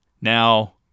Now